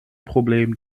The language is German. problem